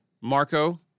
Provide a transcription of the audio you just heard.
Marco